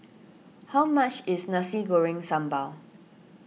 how much is Nasi Goreng Sambal